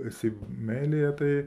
esi meilėje tai